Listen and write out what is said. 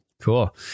cool